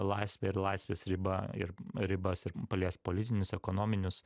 laisvė ir laisvės riba ir ribas ir paliest politinius ekonominius